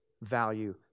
value